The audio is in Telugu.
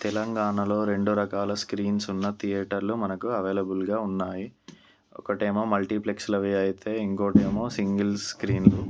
తెలంగాణలో రెండు రకాల స్క్రీన్స్ ఉన్న థియేటర్లు మనకు అవైలబుల్గా ఉన్నాయి ఒకటి ఏమో మల్టీప్లెక్స్లు అవి అయితే ఇంకొకటి ఏమో సింగిల్ స్క్రీన్